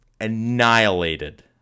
annihilated